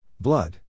blood